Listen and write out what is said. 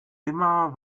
immer